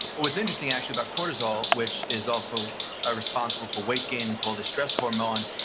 what's interesting actually about cortisol, which is also ah responsible for weight gain called the stress hormone,